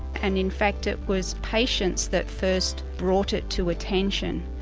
and in fact it was patients that first brought it to attention.